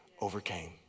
overcame